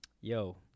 Yo